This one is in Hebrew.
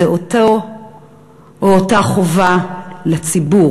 זה אותה חובה לציבור